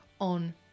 on